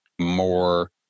more